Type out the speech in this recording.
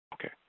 Okay